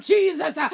Jesus